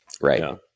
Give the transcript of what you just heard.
right